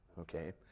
okay